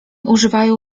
używają